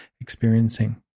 experiencing